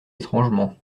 étrangement